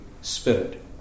Spirit